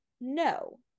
No